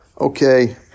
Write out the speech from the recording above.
Okay